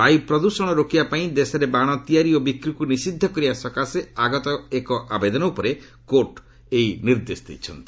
ବାୟୁ ପ୍ରଦୂଷଣ ରୋକିବା ପାଇଁ ଦେଶରେ ବାଣ ତିଆରି ଓ ବିକ୍ରିକୁ ନିଷିଦ୍ଧ କରିବା ସକାଶେ ଆଗତ ଏକ ଆବେଦନ ଉପରେ କୋର୍ଟ ଏହି ନିର୍ଦ୍ଦେଶ ଦେଇଛନ୍ତି